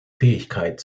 fähigkeit